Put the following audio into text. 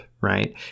right